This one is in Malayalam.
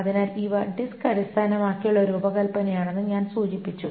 അതിനാൽ ഇവ ഡിസ്ക് അടിസ്ഥാനമാക്കിയുള്ള രൂപകൽപ്പനയാണെന്ന് ഞാൻ സൂചിപ്പിച്ചു